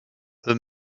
eux